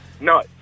No